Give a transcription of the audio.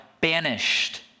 banished